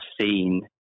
seen